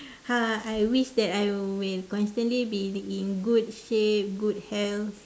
ha I wish that I will constantly be in good shape good health